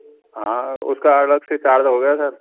हाँ उसका अलग से चार्ज होगा सर